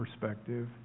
perspective